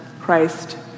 Christ